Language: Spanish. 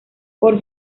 por